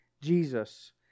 Jesus